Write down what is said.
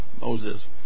Moses